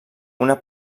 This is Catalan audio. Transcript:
una